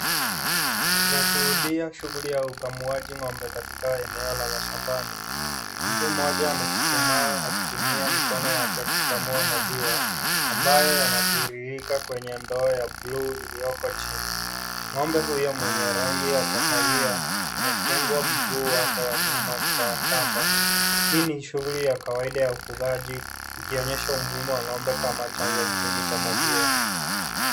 Tunashuhudia shughuli ya ukamuaji ng'ombe katika eneo la mashambani. Mtu mmoja amechuchumaa akitumia mikono yake kukamua maziwa ambayo yanatiririka kwenye ndoo ya bluu iliyoko chini. Ng'ombe huyo mwenye rangi ya kahawia amefungwa mguu wake wa nyuma kwa kamba. Hii ni shughuli ya kawaida ya ufugaji ikionyeshwa umuhimu wa ng'ombe kama chanzo muhimu cha maziwa.